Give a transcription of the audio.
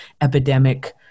epidemic